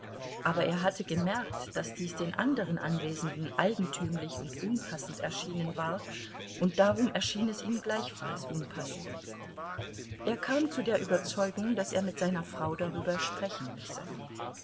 aber er hatte gemerkt daß dies den anderen anwesenden eigentümlich und unpassend erschienen war und darum erschien es ihm gleichfalls unpassend er kam zu der überzeugung daß er mit seiner frau darüber sprechen müsse